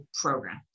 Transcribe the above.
program